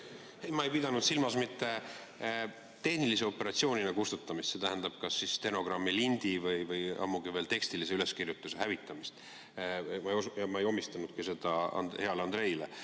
Ma ei pidanud silmas mitte tehnilise operatsioonina kustutamist, see tähendab kas siis stenogrammilindi või ammugi veel teksti üleskirjutuse hävitamist. Ja ma ei omistanudki seda soovi heale Andreile.